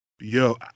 Yo